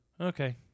Okay